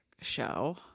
show